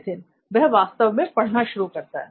नित्थिन वह वास्तव में पढ़ना शुरू करता है